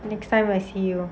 next time when I see you